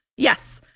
yes,